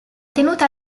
tenuta